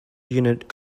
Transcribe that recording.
unit